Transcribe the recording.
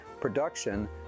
production